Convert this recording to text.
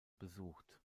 besucht